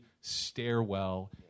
stairwell